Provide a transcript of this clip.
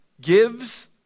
gives